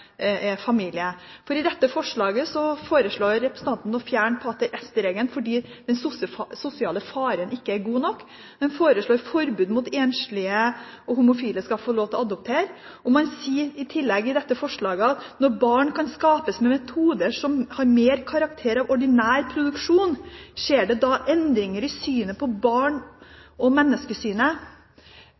er familie. I dette forslaget foreslår representanten å fjerne pater est-regelen, fordi den sosiale faren ikke er god nok, og foreslår forbud mot at enslige og homofile skal få lov til å adoptere. Man sier i tillegg i dette forslaget: «Når barn kan skapes ved metoder som har mer karakter av ordinær produksjon, skjer det da endringer i synet på barn og menneskesynet?»